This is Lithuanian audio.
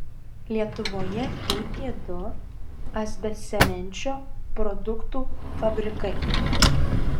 lietuvoje veikė du asbestcemenčio produktų fabrikai